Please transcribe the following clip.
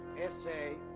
it's a